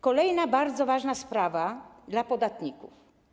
Kolejna bardzo ważna sprawa dla podatników.